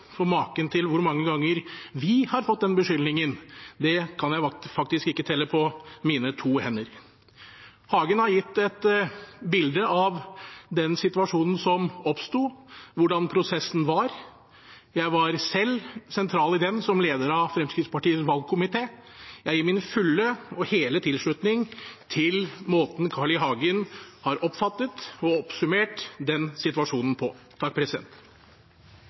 For hvor mange ganger vi har fått den beskyldningen, kan jeg faktisk ikke telle på mine to hender. Hagen har gitt et bilde av den situasjonen som oppsto, hvordan prosessen var. Jeg var selv sentral i den som leder av Fremskrittspartiets valgkomité, og jeg gir min fulle og hele tilslutning til måten Carl I. Hagen har oppfattet og oppsummert den situasjonen på.